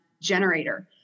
generator